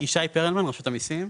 ישי פרלמן, רשות המיסים.